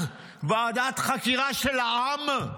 ועדת חקירה של העם.